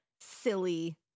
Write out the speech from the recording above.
silly